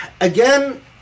again